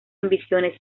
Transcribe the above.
ambiciones